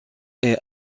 est